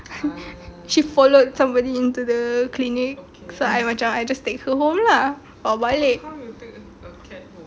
she followed somebody into the clinic so I macam I just take her home lah bawa balik